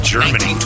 Germany